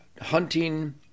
hunting